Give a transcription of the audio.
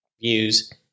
views